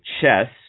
chess